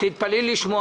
תתפלאי לשמוע,